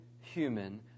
human